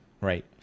Right